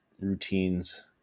routines